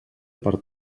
per